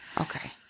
Okay